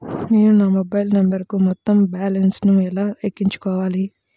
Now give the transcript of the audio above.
నేను నా మొబైల్ నంబరుకు మొత్తం బాలన్స్ ను ఎలా ఎక్కించుకోవాలి?